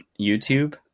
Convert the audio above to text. YouTube